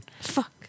Fuck